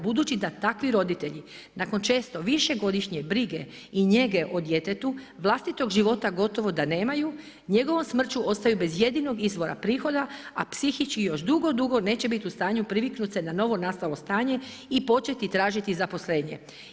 Budući da takvi roditelji, nakon često, višegodišnje brige i njege o djetetu, vlasatog života gotovo da nemaju, njegovom smrću ostaju bez jedinog izvora prihoda, a psihički, još dugo dugo neće baviti u stanju priviknuti se na novo zdravstveno stenje i početi tražiti zaposlenje.